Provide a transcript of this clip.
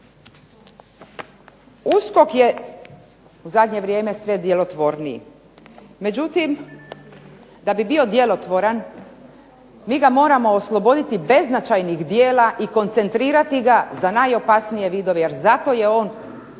USKOK je u zadnje vrijeme sve djelotvorniji, međutim da bi bio djelotvoran mi ga moramo osloboditi beznačajnih djela i koncentrirati ga za najopasnije vidove, jer zato je on